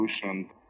solution